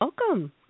welcome